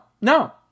no